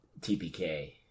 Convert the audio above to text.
tpk